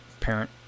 Parent